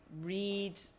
read